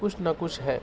کچھ نہ کچھ ہے